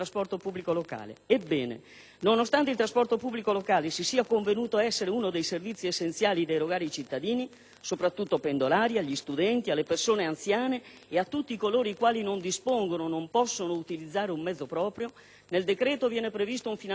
nonostante il trasporto pubblico locale si sia convenuto essere uno dei servizi essenziali da erogare ai cittadini, e in particolare ai pendolari, agli studenti, alle persone anziane e a tutti coloro che non dispongono o non possono utilizzare un mezzo proprio, nel decreto-legge viene indicato un finanziamento di soli 30 milioni di euro,